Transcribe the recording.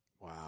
Wow